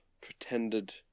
pretended